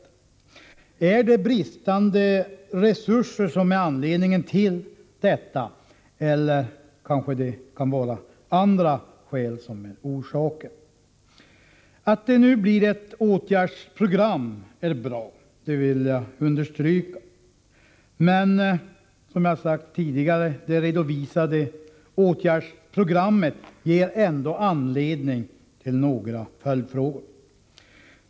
Beror detta på brist på resurser eller beror det på någonting annat? Att vi nu får ett åtgärdsprogram är bra, det vill jag understryka, men det redovisade åtgärdsprogrammet ger ändå anledning till några följdfrågor, som jag sagt tidigare.